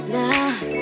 now